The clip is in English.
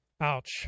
Ouch